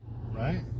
Right